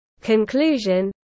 conclusion